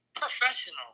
professional